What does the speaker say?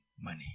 money